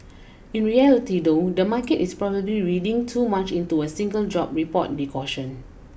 in reality though the market is probably reading too much into a single job report they cautioned